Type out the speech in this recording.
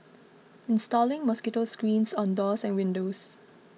installing mosquito screens on doors and windows